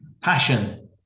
passion